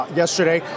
yesterday